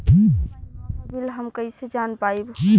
पिछला महिनवा क बिल हम कईसे जान पाइब?